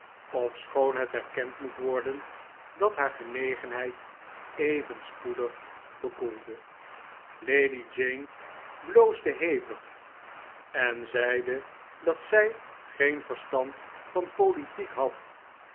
ofschoon het erkend moet worden dat haar genegenheid even spoedig bekoelde lady jane bloosde hevig en zeide dat zij geen verstand van politiek had